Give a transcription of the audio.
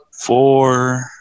four